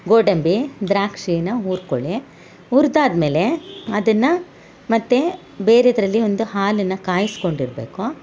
ಗೋಡಂಬಿ ದ್ರಾಕ್ಷೀನ ಹುರ್ಕೊಳಿ ಹುರ್ದಾದ ಮೇಲೆ ಅದನ್ನ ಮತ್ತು ಬೇರೆದರಲ್ಲಿ ಒಂದು ಹಾಲನ್ನ ಕಾಯ್ಸ್ಕೊಂಡು ಇರಬೇಕು